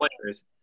players